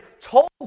told